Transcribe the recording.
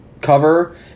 cover